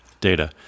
Data